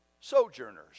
sojourners